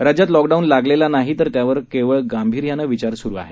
राज्यात लॉकडाऊन लागलेला नाही तर त्यावर केवळ गांभीर्यानं विचार सुरु आहे